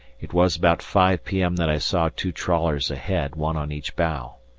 it was about five p m. that i saw two trawlers ahead, one on each bow.